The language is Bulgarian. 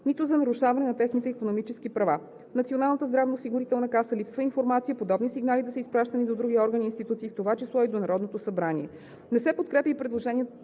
нито за нарушаване на техни икономически права. В Националната здравноосигурителна каса липсва информация подобни сигнали да са изпращани до други органи и институции, в това число и до Народното събрание. Не се подкрепя и предложеното